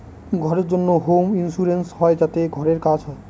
ঘরের জন্য home insurance হয় যাতে ঘরের কাজ হয়